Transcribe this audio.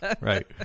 right